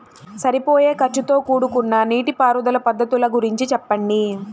సరిపోయే ఖర్చుతో కూడుకున్న నీటిపారుదల పద్ధతుల గురించి చెప్పండి?